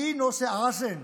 Así no se hacen,